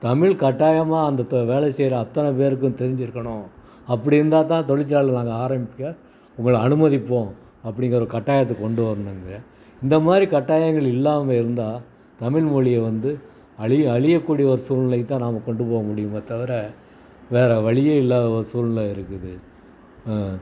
தமிழ் கட்டாயமாக அங்கே வேலை செய்கிற அத்தனை பேருக்கும் தெரிஞ்சுருக்கணும் அப்படி இருந்தால்தான் தொழிற்சாலைல நாங்கள் ஆரம்மிக்க உங்களை அனுமதிப்போம் அப்படிங்கற கட்டாயத்துக்கு கொண்டு வரணுங்க இந்தமாதிரி கட்டாயங்கள் இல்லாமல் இருந்தால் தமிழ்மொலிய வந்து அழிய அழியக்கூடிய ஒரு சூழ்நிலைதான் நாம் கொண்டு போகமுடியுமே தவிர வேறு வழியே இல்லாத ஒரு சூழ்நிலை இருக்குது